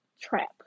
trap